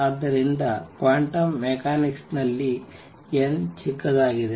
ಆದ್ದರಿಂದ quantum mechanics ನಲ್ಲಿ n ಚಿಕ್ಕದಾಗಿದೆ